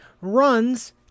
runs